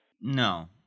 No